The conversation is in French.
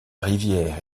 rivière